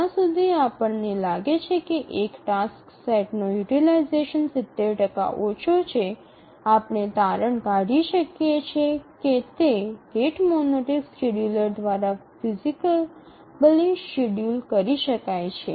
જ્યાં સુધી આપણને લાગે છે કે એક ટાસ્ક સેટનો યુટીલાઈઝેશન ૭0 કરતા ઓછો છે આપણે તારણ કાઢી શકીએ છીએ કે તે રેટ મોનોટોનિક શેડ્યુલર દ્વારા ફિઝિબલી શેડ્યૂલ કરી શકાય છે